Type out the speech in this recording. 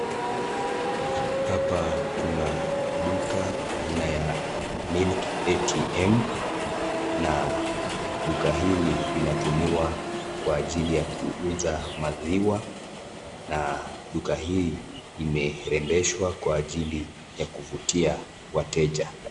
Hapa kuna duka aina ya milk atm na duka hili linatumiwa kwa ajili ya kuuza maziwa na duka hii imerembeshwa kwa ajili ya kuvutia wateja.